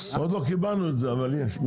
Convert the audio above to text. עוד לא קיבלנו את זה, אבל יש.